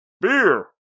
Beer